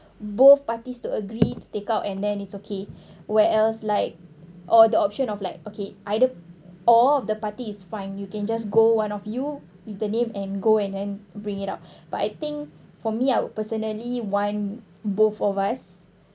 both parties to agree to take out and then it's okay where else like or the option of like okay either all of the party is fine you can just go one of you with the name and go and then bring it out but I think for me I would personally want both of us